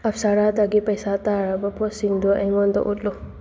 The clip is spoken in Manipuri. ꯑꯞꯁꯥꯔꯥꯗꯒꯤ ꯄꯩꯁꯥ ꯇꯥꯔꯕ ꯄꯣꯠꯁꯤꯡꯗꯨ ꯑꯩꯉꯣꯟꯗ ꯎꯠꯂꯨ